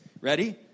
Ready